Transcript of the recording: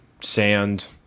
sand